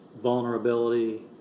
vulnerability